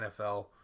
NFL